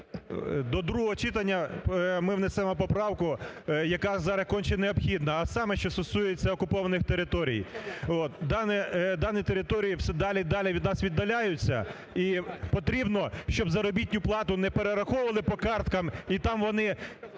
до другого читання ми внесемо поправку яка зараз конче необхідна, а саме, що стосується окупованих територій. Дані території все далі і далі від нас віддаляються, і потрібно, щоб заробітну плату не перераховували по карткам і там вони